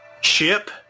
ship